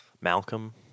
Malcolm